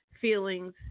feelings